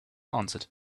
answered